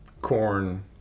corn